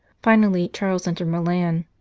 finally charles entered milan.